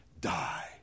die